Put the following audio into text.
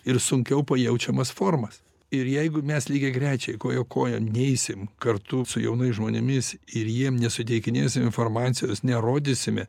ir sunkiau pajaučiamas formas ir jeigu mes lygiagrečiai koja kojon neisim kartu su jaunais žmonėmis ir jiem nesuteikinėsim informacijos nerodysime